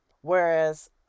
Whereas